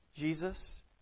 Jesus